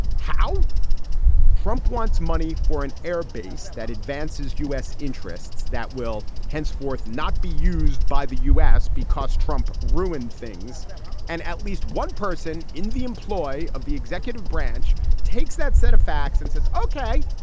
how trump wants money for an airbase that advances u s. interests that will henceforth not be used by the u s. because trump ruined things and at least one person in the employ of the executive branch takes that set of facts and says, ok,